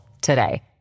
today